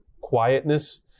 quietness